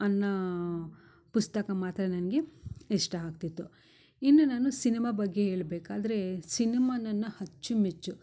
ಅನ್ನೋ ಪುಸ್ತಕ ಮಾತ್ರ ನನಗೆ ಇಷ್ಟ ಆಗ್ತಿತ್ತು ಇನ್ನು ನಾನು ಸಿನೆಮಾ ಬಗ್ಗೆ ಹೇಳ್ಬೇಕಾದರೆ ಸಿನೆಮಾ ನನ್ನ ಅಚ್ಚುಮೆಚ್ಚು